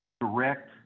direct